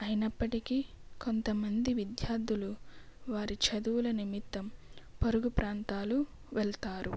అయినప్పటికీ కొంత మంది విద్యార్థులు వారి చదువుల నిమిత్తం పొరుగు ప్రాంతాలు వెళతారు